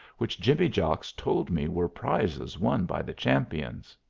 which jimmy jocks told me were prizes won by the champions.